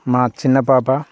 మా చిన్న పాప